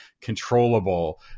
controllable